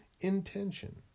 intention